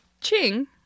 Ching